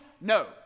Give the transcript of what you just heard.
No